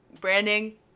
Branding